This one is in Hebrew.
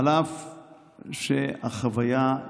אף שהחוויה,